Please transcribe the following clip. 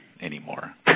anymore